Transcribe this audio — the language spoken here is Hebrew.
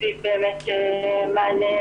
הוצאנו הנחיה